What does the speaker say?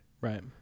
right